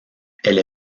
elle